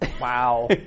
Wow